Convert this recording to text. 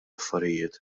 affarijiet